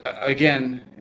Again